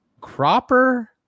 Cropper